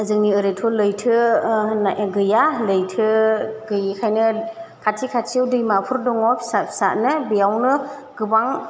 जोंनि ओरैथ' लैथो होननाय गैया लैथो गैयैखायनो खाथि खाथियाव दैमाफोर दङ फिसा फिसानो बेयावनो गोबां